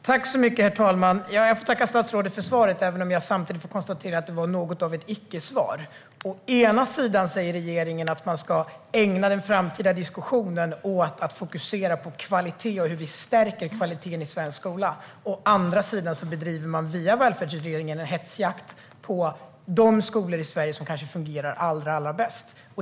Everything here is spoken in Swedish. Herr talman! Jag får tacka statsrådet för svaret, även jag samtidigt får konstatera att det var något av ett icke-svar. Å ena sidan säger regeringen att man ska ägna den framtida diskussionen åt att fokusera på kvalitet och hur vi stärker kvaliteten i svensk skola. Å andra sidan bedriver man via Välfärdsutredningen en hetsjakt på de skolor i Sverige som kanske fungerar allra bäst.